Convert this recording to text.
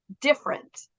different